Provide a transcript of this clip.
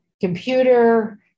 computer